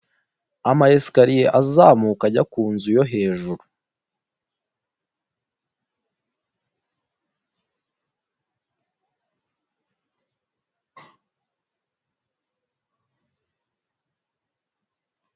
Abantu benshi batandukanye bamwe baricaye abandi barahagaze umwe muri bo afite ibendera rifite amabara atatu atandukanye, harimo ibara ry'ubururu, ibara ry'umuhondo, n'ibara ry'icyatsi kibisi.